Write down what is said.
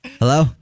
Hello